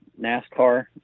NASCAR